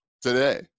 today